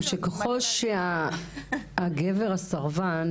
שככל שהגבר הסרבן